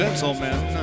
Gentlemen